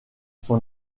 son